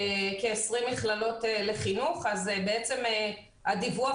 כ-20 מכללות לחינוך אז בעצם הדיווח